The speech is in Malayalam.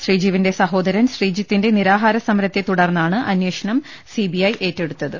ശ്രീജിവിന്റെ സഹോദരൻ ശ്രീജിത്തിന്റെ നിരാഹാര സമരത്തെ തുടർന്നാണ് അന്വേഷണം സിബിഐ ഏറ്റെടുത്തത്